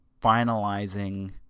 finalizing